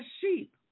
sheep